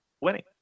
winning